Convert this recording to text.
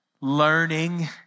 learning